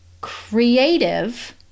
creative